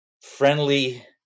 friendly